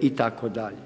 itd.